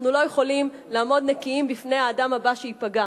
אנחנו לא יכולים לעמוד נקיים בפני האדם הבא שייפגע.